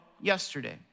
yesterday